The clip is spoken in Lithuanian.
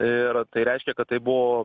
ir tai reiškia kad tai buvo